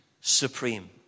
supreme